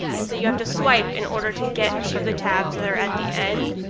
and so you have to swipe in order to get to the tabs that are at the end.